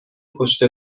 پشت